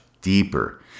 deeper